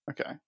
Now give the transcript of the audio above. Okay